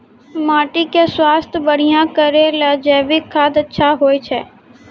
माटी के स्वास्थ्य बढ़िया करै ले जैविक खाद अच्छा होय छै?